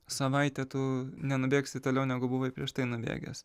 savaitę tu nenubėgsi toliau negu buvai prieš tai nubėgęs